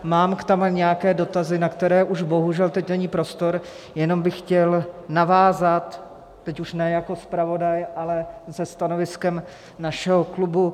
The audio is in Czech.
Mám tam nějaké dotazy, na které už bohužel teď není prostor, jenom bych chtěl navázat teď už ne jako zpravodaj, ale se stanoviskem našeho klubu